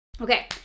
Okay